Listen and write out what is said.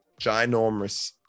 ginormous